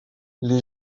les